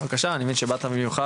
בבקשה באת במיוחד.